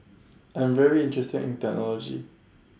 I'm very interested in technology